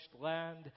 land